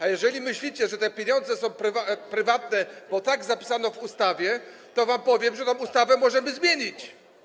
A jeżeli myślicie, że te pieniądze są prywatne, bo tak zapisano w ustawie, to wam powiem, że tę ustawę możemy zmienić.